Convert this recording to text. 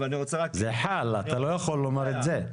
זה חל, אתה לא יכול לומר את זה.